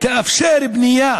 יאפשרו בנייה